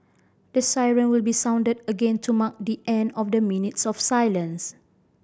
the siren will be sounded again to mark the end of the minutes of silence